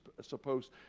supposed